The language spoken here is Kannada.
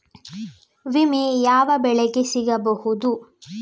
ವಿಮೆ ಯಾವ ಬೆಳೆಗೆ ಸಿಗಬಹುದು?